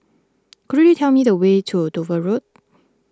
could you tell me the way to Dover Road